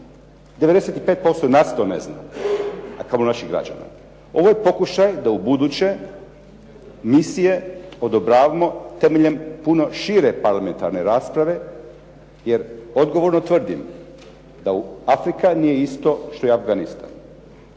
95% nas to ne zna, a kamo li naših građana. Ovo je pokušaj da ubuduće misije odobravamo temeljem puno šire parlamentarne rasprave jer odgovorno tvrdim da Afrika nije isto što i Afganistan.